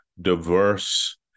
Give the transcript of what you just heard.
diverse